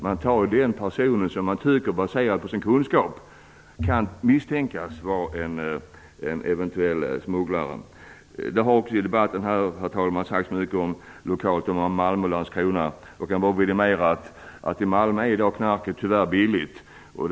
De tar den person som de, baserat på sin kunskap, misstänker är en smugglare. Herr talman! I debatten har det talats mycket om Malmö och Landskrona. Jag kan bara vidimera att knarket tyvärr är billigt i Malmö.